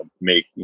make